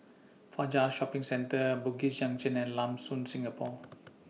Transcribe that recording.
Fajar Shopping Centre Bugis Junction and Lam Soon Singapore